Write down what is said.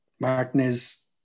Martinez